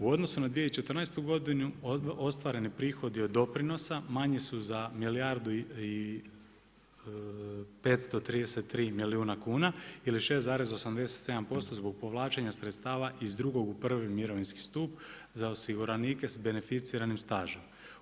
U odnosu na 2014. godinu ostvareni prihodi od doprinosa manji su za milijardu i 533 milijuna kuna ili 6,87% zbog povlačenja sredstava iz drugog u prvi mirovinski stup za osiguranike s beneficiranim stažom.